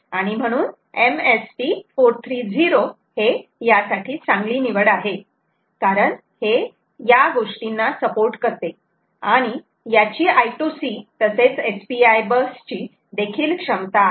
आणि म्हणून MSP 430 हे यासाठी चांगली निवड आहे कारण हे या गोष्टींना सपोर्ट करते आणि याची I2C तसेच SPI बस ची देखिल क्षमता आहे